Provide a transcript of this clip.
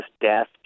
death